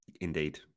Indeed